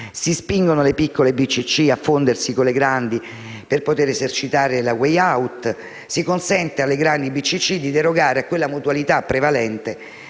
si spingono le piccole BCC a fondersi con le grandi per poter esercitare la *way out*; si consente alle grandi BCC di derogare a quella mutualità prevalente